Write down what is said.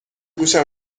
گوشم